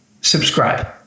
subscribe